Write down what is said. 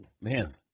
man